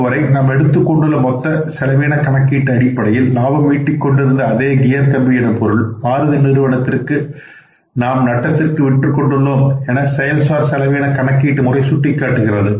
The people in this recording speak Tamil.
இதுவரை நாம் எடுத்துக் கொண்டுள்ள மொத்த செலவின கணக்கின் அடிப்படையில் லாபம் ஈட்டிக் கொண்டிருந்த அதே கியர் கம்பி எனும் பொருள் மாருதி நிறுவனத்திற்கு நாம் நட்டத்திற்கு விற்று கொண்டுள்ளோம் என செயல்சார் செலவின கணக்கீட்டு முறை சுட்டிக்காட்டியுள்ளது